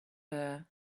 mohamed